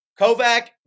Kovac